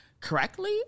correctly